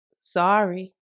Sorry